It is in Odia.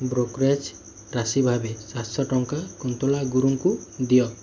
ବ୍ରୋକରେଜ୍ ରାଶି ଭାବେ ସାତଶହ ଟଙ୍କା କୁନ୍ତଳା ଗୁରୁଙ୍କୁ ଦିଅ